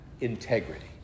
integrity